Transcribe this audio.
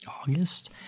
August